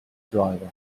driver